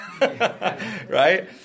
Right